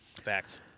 Facts